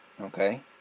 okay